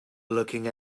looking